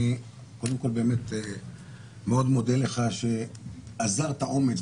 אני קודם כול באמת מאוד מודה לך שאזרת אומץ,